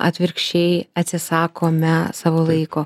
atvirkščiai atsisakome savo laiko